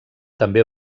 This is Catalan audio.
també